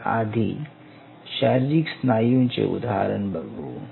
आपण आधी शारीरिक स्नायूचे उदाहरण बघू